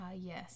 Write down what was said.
Yes